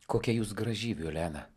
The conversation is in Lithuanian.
kokia jūs graži violena